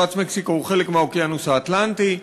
מפרץ מקסיקו הוא חלק מהאוקיינוס האטלנטי,